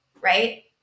right